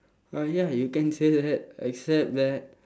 uh ya you can say that accept that